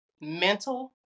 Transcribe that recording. mental